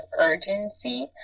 urgency